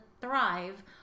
thrive